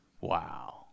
Wow